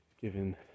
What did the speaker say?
given